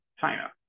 China